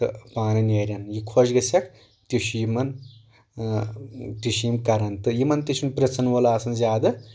تہٕ پانہٕ نیرن یہِ خۄش گژھٮ۪کھ تہِ چھُ یِمن تہِ چھِ یِم کران تہٕ یِمن تہِ چھُنہٕ پریٚژھن وول آسان زیادٕ کانٛہہ